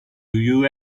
you